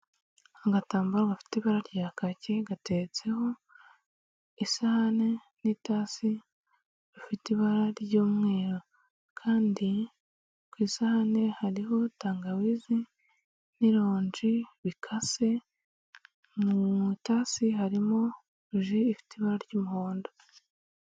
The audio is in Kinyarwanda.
Agatambaro gafite ibara rya kaki gateretseho isahani n'itasi ifite ibara ry'umweru, kandi ku isahani hariho tangawizi n'ironji bikase, mu itasi harimo iji ifite ibara ry'umuhondo.